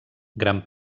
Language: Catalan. gran